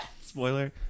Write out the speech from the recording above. Spoiler